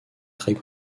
très